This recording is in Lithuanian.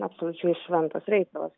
absoliučiai šventas reikalas